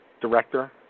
director